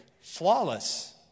flawless